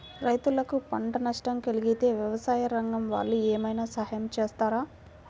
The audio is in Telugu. రైతులకు పంట నష్టం కలిగితే వ్యవసాయ రంగం వాళ్ళు ఏమైనా సహాయం చేస్తారా?